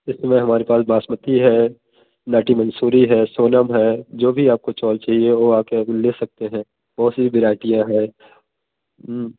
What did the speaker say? इस समय हमारे पास बासमती है नाटी मंसूरी है सोनम है जो भी आपको चावल चाहिए वो आके अभी ले सकते हैं बहुत सारी वेराइटियाँ हैं